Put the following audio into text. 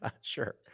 Sure